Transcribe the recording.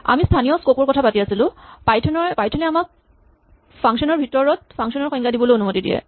আমি স্হানীয় স্কপ ৰ কথা পাতি আছিলো পাইথন এ আমাক ফাংচন ৰ ভিতৰত ফাংচন ৰ সংজ্ঞা দিবলৈ অনুমতি দিয়ে